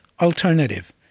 alternative